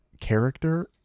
character